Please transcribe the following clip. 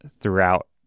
throughout